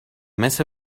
مثل